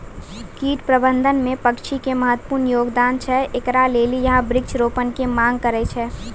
कीट प्रबंधन मे पक्षी के महत्वपूर्ण योगदान छैय, इकरे लेली यहाँ वृक्ष रोपण के मांग करेय छैय?